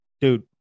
Dude